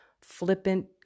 flippant